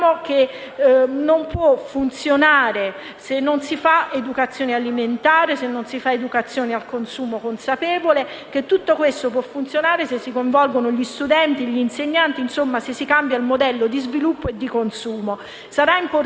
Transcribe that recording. che non può funzionare se non si fa educazione alimentare ed educazione al consumo consapevole. Tutto questo può funzionare solo se si coinvolgono gli studenti e gli insegnanti, quindi se si cambia il modello di sviluppo e di consumo.